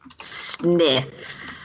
Sniffs